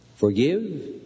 Forgive